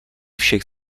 všech